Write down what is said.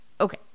Okay